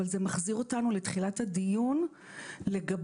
אבל זה מחזיר אותנו לתחילת הדיון לגבי